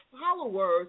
followers